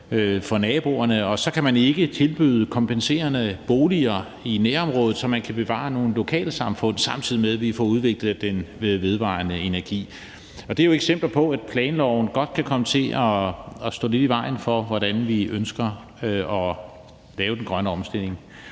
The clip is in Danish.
for naboerne, og at man så ikke kan tilbyde kompenserende boliger i nærområdet, så man kan bevare nogle lokalsamfund, samtidig med at vi får udviklet den vedvarende energi, og det er jo nogle eksempler på, at planloven godt kan komme til at stå lidt i vejen for, hvordan vi ønsker at lave den grønne omstilling.